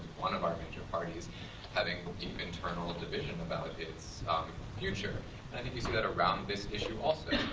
one of our major parties having deep, internal division about its future. and i think we see that around this issue also.